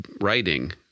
writing